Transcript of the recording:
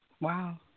Wow